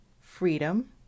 freedom